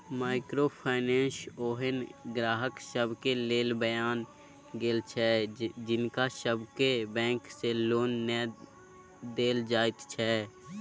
micro finance ओहेन ग्राहक सबके लेल बनायल गेल छै जिनका सबके बैंक से लोन नै देल जाइत छै